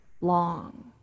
long